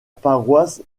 paroisse